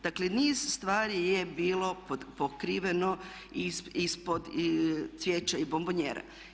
Dakle, niz stvari je bilo pokriveno ispod cvijeća i bombonijera.